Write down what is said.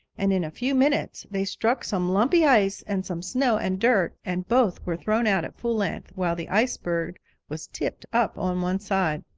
and in a few minutes they struck some lumpy ice and some snow and dirt, and both were thrown out at full length, while the ice bird was tipped up on one side.